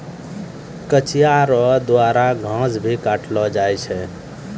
कचिया रो द्वारा घास भी काटलो जाय छै